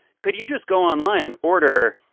could you just go online and order,